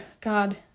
God